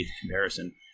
comparison